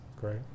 Great